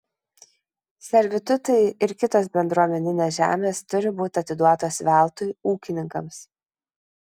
servitutai ir kitos bendruomeninės žemės turi būti atiduotos veltui ūkininkams